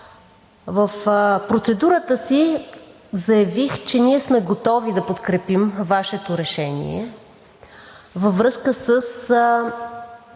в процедурата си заявих, че ние сме готови да подкрепим Вашето решение във връзка с